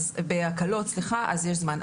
אז יש זמן,